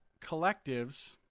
collectives